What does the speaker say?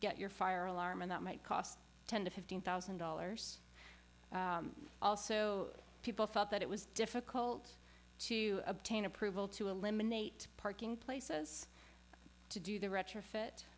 get your fire alarm and that might cost ten to fifteen thousand dollars also people felt that it was difficult to obtain approval to eliminate parking places to do the retrofit